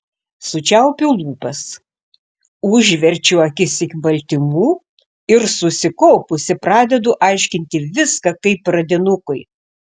sučiaupiu lūpas užverčiu akis iki baltymų ir susikaupusi pradedu aiškinti viską kaip pradinukui